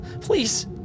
Please